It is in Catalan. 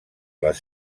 les